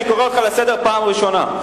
אני קורא אותך לסדר פעם ראשונה.